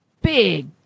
big